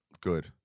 Good